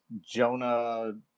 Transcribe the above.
Jonah